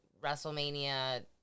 WrestleMania